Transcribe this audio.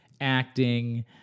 acting